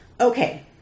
Okay